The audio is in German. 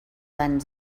sein